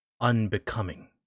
unbecoming